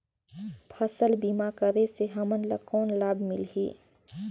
फसल बीमा करे से हमन ला कौन लाभ मिलही?